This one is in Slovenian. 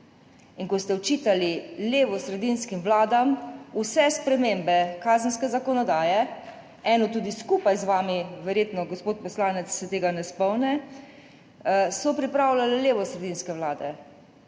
In ko ste očitali levosredinskim vladam, vse spremembe kazenske zakonodaje – eno tudi skupaj z vami, verjetno se gospod poslanec tega ne spomni – so pripravljale levosredinske vlade.